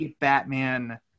Batman